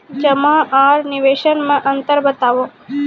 जमा आर निवेश मे अन्तर बताऊ?